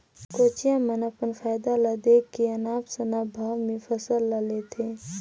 कोचिया मन अपन फायदा ल देख के अनाप शनाप भाव में फसल ल लेथे